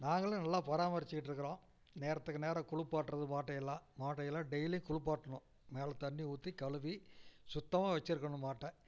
நாங்களும் நல்லா பராமரித்துக்கிட்டு இருக்கிறோம் நேரத்துக்கு நேரம் குளிப்பாட்றது மாட்டை எல்லாம் மாட்டை எல்லாம் டெய்லி குளிப்பாட்ணும் மேலே தண்ணி ஊற்றி கழுவி சுத்தமாக வெச்சுருக்கணும் மாட்டை